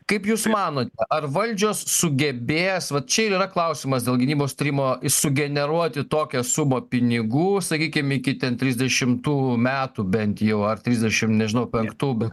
kaip jūs manot ar valdžios sugebėjęs vat čia ir yra klausimas dėl gynybos trimo sugeneruoti tokią sumą pinigų sakykim iki ten trisdešimtų metų bent jau ar trisdešimt nežinau penktų bet